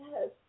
Yes